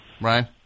Right